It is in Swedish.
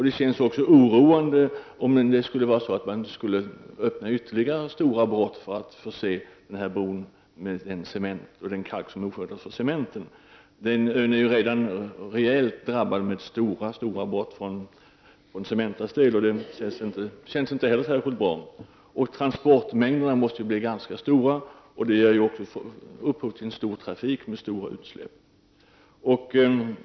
Det känns också oroande om man skulle öppna ytterligare stora brott för att förse bron med den cement och den kalk som erfordras för cementen. Ön är ju redan rejält drabbad av stora brott från Cementas tid, och det känns inte heller särskilt bra. Transportmängderna måste bli ganska stora, och det ger också upphov till stor trafik med stora utsläpp.